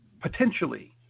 potentially –